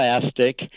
plastic